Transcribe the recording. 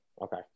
Okay